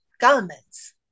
governments